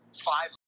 five